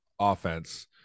offense